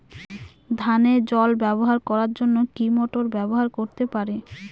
ধানে জল প্রয়োগ করার জন্য কি মোটর ব্যবহার করতে পারি?